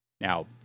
Now